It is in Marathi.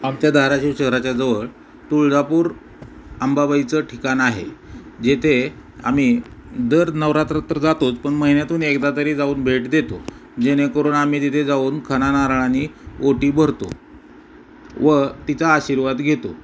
आमच्या धाराशिव शहराच्याजवळ तुळजापूर अंबाबाईचं ठिकाण आहे जेथे आम्ही दर नवरात्र तर जातोच पण महिन्यातून एकदा तरी जाऊन भेट देतो जेणेकरून आम्ही तिथे जाऊन खणा नारळानी ओटी भरतो व तिचा आशीर्वाद घेतो